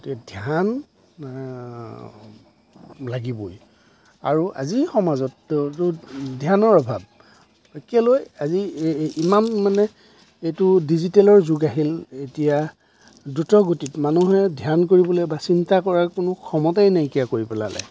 গতিকে ধ্যান লাগিবই আৰু আজিৰ সমাজততো ধ্যানৰ অভাৱ কেলৈ আজি ইমান মানে এইটো ডিজিটেলৰ যোগ আহিল এতিয়া দ্ৰুতগতিত মানুহে ধ্যান কৰিবলৈ বা চিন্তা কৰাৰ কোনো ক্ষমতাই নাইকিয়া কৰি পেলালে